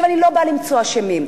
אני לא באה למצוא אשמים,